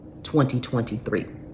2023